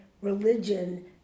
religion